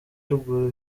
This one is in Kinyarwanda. ruguru